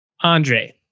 Andre